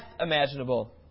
imaginable